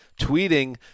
tweeting